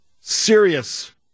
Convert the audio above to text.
serious